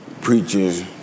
preaches